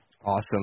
Awesome